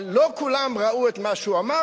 אבל לא כולם ראו את מה שהוא אמר,